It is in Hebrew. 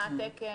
מה התקן,